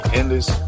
endless